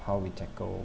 how we tackle